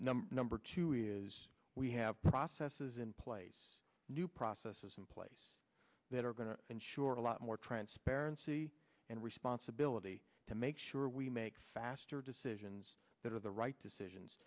number number two is we have processes in place new processes in place that are going to ensure a lot more transparency and responsibility to make sure we make faster decisions that are the right decisions